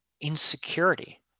insecurity